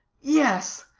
yes,